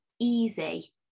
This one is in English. easy